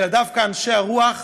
אלא דווקא אנשי הרוח,